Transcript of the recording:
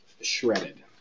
shredded